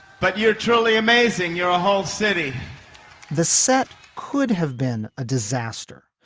but you're truly amazing you're a whole city the set could have been a disaster.